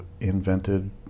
Invented